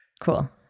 Cool